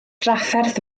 drafferth